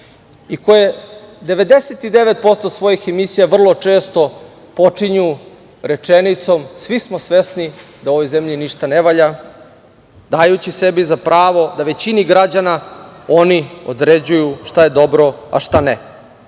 i koje 99% svojih emisija vrlo često počinju rečenicom – svi smo sveni da u ovoj zemlji ništa ne valja, dajući sebi za pravo da većini građana oni određuju šta je dobro, a šta